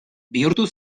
bihurtu